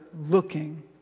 looking